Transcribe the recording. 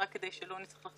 רק שנייה.